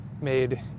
made